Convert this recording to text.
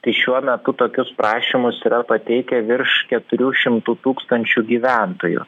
tai šiuo metu tokius prašymus yra pateikę virš keturių šimtų tūkstančių gyventojų